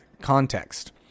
context